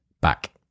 back